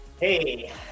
Hey